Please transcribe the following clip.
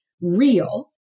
real